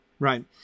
Right